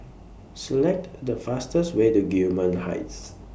Select The fastest Way to Gillman Heights